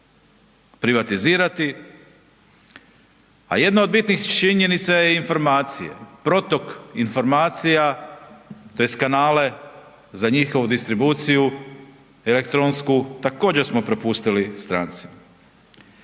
privatizirati, a jedna od bitnih činjenica je informacije, protok informacija tj. kanale za njihovu distribuciju elektronsku, također smo prepustili strancima.